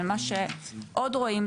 אבל מה שעוד רואים,